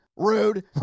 Rude